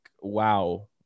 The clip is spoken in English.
Wow